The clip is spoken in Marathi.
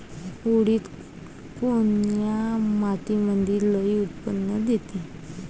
उडीद कोन्या मातीमंदी लई उत्पन्न देते?